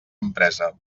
empresa